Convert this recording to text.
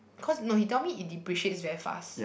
cause no he tell me it depreciates very fast